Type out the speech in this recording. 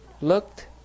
looked